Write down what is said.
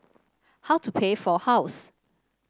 how to pay for house